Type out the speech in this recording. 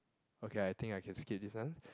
okay I think I can skip this one